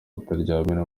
utaryamira